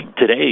Today